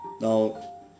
Now